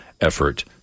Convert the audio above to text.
effort